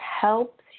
helps